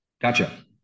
Gotcha